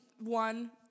One